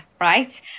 right